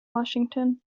washington